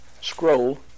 scroll